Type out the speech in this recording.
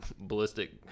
ballistic